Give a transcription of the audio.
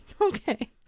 Okay